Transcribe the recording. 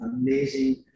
amazing